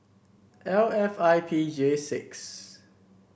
L F I P J six